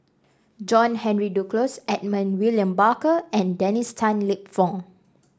John Henry Duclos Edmund William Barker and Dennis Tan Lip Fong